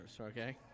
okay